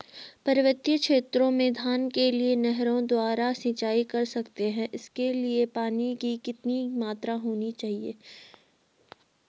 पर्वतीय क्षेत्रों में धान के लिए नहरों द्वारा सिंचाई कर सकते हैं इसके लिए पानी की कितनी मात्रा होनी चाहिए?